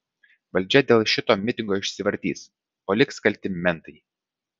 valdžia dėl šito mitingo išsivartys o liks kalti mentai